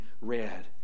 read